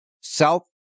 South